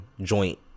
joint